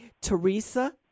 Teresa